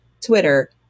Twitter